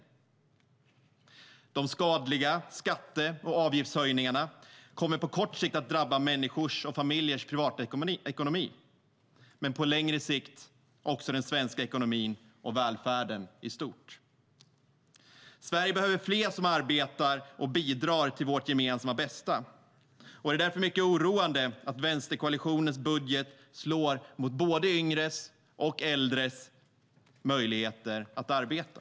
Sverige behöver fler som arbetar och bidrar till vårt gemensamma bästa. Det är därför mycket oroande att vänsterkoalitionens budget slår mot både yngres och äldres möjligheter att arbeta.